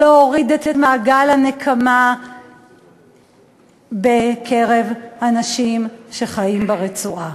או להוריד את מעגל הנקמה בקרב אנשים שחיים ברצועה?